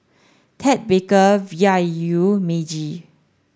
Ted Baker V I U Meiji